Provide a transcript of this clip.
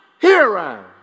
hero